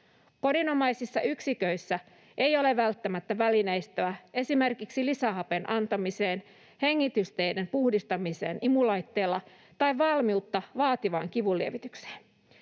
Kodinomaisissa yksiköissä ei ole välttämättä välineistöä esimerkiksi lisähapen antamiseen eikä hengitysteiden puhdistamiseen imulaitteella tai valmiutta vaativaan kivunlievitykseen.